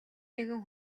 нэгэн